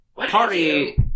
party